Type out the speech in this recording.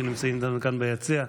שנמצאים איתנו כאן ביציע.